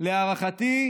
מה ההערכה שלך?